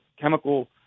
chemical